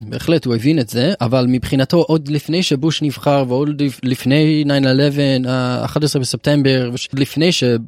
בהחלט הוא הבין את זה אבל מבחינתו עוד לפני שבוש נבחר ועוד לפני 9/11 11 בספטמבר לפני.